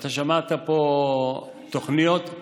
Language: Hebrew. כמה בפועל הממשלה הקצתה לתוכנית הזאת?